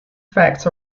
facts